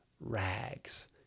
rags